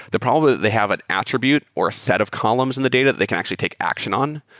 the problem that they have an attribute or a set of columns in the data that they can actually take action on.